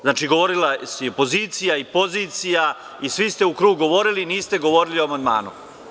Znači, govorila je opozicija i pozicija i svi ste u krug govorili i niste govorili o amandmanu.